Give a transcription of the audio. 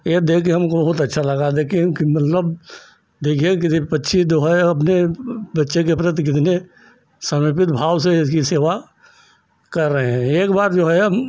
यह देख कर हमको बहुत अच्छा लगा लेकिन मतलब देखिए कि जे पक्षी जो है अपने बच्चे के प्रति कितने समर्पित भाव से उनकी सेवा कर रहे हैं एक बार जो है हम